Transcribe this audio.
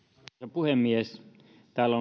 puhemies täällä